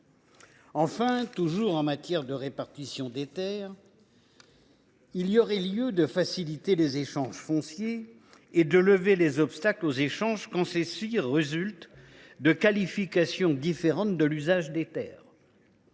outre, toujours en matière de répartition des terres, il y aurait lieu de faciliter les échanges fonciers et de lever les obstacles aux échanges quand ceux ci résultent de qualifications différentes de l’usage des terres.